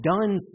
done